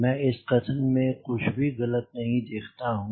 मैं इस कथन में कुछ भी गलत नहीं देखता हूँ